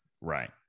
Right